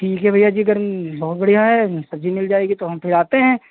ठीक है भैया जी अगर बहुत बढ़िया है सब्ज़ी मिल जाएगी तो हम फिर आते हैं